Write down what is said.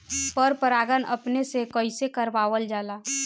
पर परागण अपने से कइसे करावल जाला?